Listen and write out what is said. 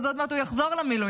עוד מעט הוא יחזור למילואים.